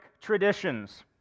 traditions